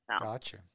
Gotcha